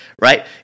right